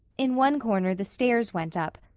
in one corner the stairs went up,